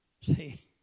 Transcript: see